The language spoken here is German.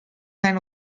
sein